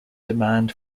demand